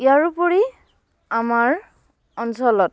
ইয়াৰোপৰি আমাৰ অঞ্চলত